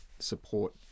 support